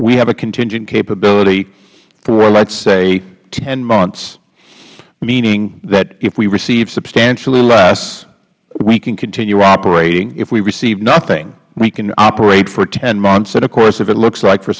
we have a contingent capability for let's say hmonths meaning that if we receive substantially less we can continue operating if we receive nothing we can operate for hmonths and of course if it looks like for